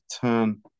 turn